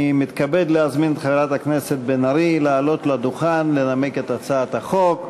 אני מתכבד להזמין את חברת הכנסת בן ארי לעלות לדוכן לנמק את הצעת החוק.